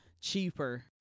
cheaper